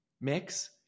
mix